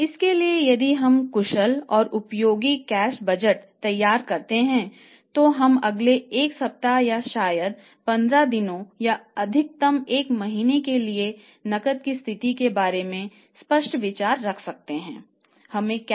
इसलिए यदि हम कुशल और उपयोगी कैश बजटहै